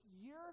year